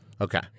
Okay